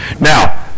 Now